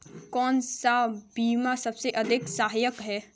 कौन सा बीमा सबसे अधिक सहायक है?